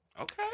okay